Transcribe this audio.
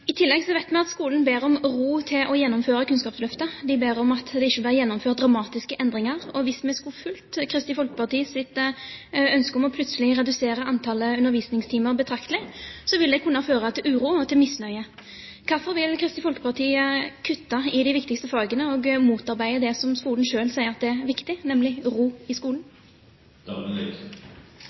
I tillegg vet vi at skolen ber om ro til å gjennomføre Kunnskapsløftet. De ber om at det ikke blir gjennomført dramatiske endringer. Hvis vi skulle fulgt Kristelig Folkepartis ønske om plutselig å redusere antallet undervisningstimer betraktelig, vil det kunne føre til uro og misnøye. Hvorfor vil Kristelig Folkeparti kutte i de viktigste fagene og motarbeide det som skolen selv synes er viktig, nemlig ro i